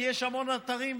כי יש המון אתרים,